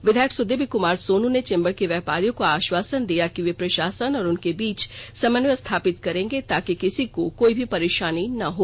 विधायक सुदीव्य कुमार सोनू ने चैम्बर के व्यापारियों को आश्वासन दिया कि वे प्रशासन और उनके बीच समन्वय स्थापित करेंगे ताकी किसी को भी कोई परेषानी न हो